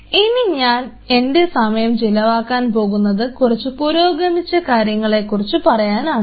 ഇനി ഞാൻ എൻറെ സമയം ചിലവാക്കാൻ പോകുന്നത് കുറച്ച് പുരോഗമിച്ച കാര്യങ്ങളെക്കുറിച്ച് പറയാനാണ്